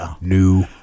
new